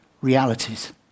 realities